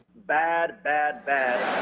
bad, bad, bad.